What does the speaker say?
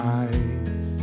eyes